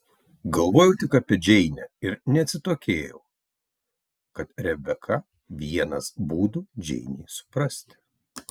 galvojau tik apie džeinę ir neatsitokėjau kad rebeka vienas būdų džeinei suprasti